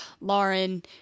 Lauren